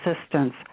assistance